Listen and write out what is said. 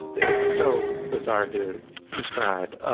it's so bizarre to describe